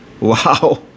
wow